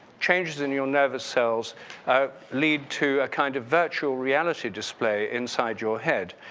changes in your nervous cells lead to a kind of virtual reality display inside your head,